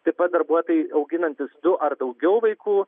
taip pat darbuotojai auginantys du ar daugiau vaikų